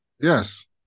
Yes